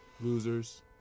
Losers